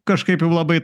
kažkaip jau labai